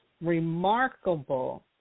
remarkable